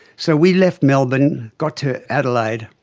so we left melbourne, got to adelaide,